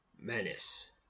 menace